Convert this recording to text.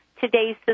today's